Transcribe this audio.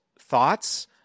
thoughts